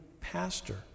pastor